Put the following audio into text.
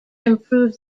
improved